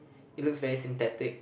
it looks very synthetic